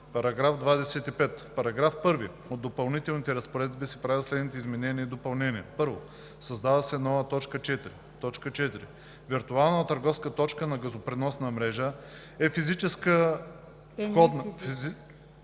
§ 25: „§ 25. В § 1 от допълнителните разпоредби се правят следните изменения и допълнения: 1. Създава се нова т. 4: „4.„Виртуална търговска точка на газопреносна мрежа“ е нефизическа входна